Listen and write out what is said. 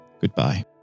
goodbye